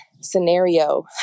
scenario